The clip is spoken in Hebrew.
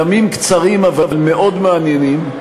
ימים קצרים, אבל מאוד מעניינים.